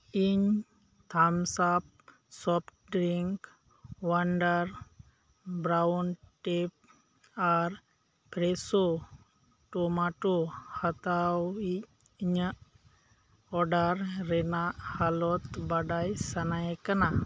ᱤᱧ Thums Up soft drink wonder brown tape ᱟᱨ fresh tomato ᱦᱟᱛᱟᱣ ᱤᱡ ᱤᱧᱟᱜ ᱚᱰᱟᱨ ᱨᱮᱱᱟᱜ ᱦᱟᱞᱚᱛ ᱵᱟᱰᱟᱭ ᱥᱟᱱᱟᱭᱮ ᱠᱟᱱᱟ